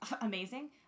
Amazing